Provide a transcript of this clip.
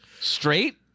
Straight